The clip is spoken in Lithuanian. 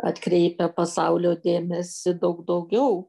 atkreipia pasaulio dėmesį daug daugiau